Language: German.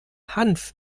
hanf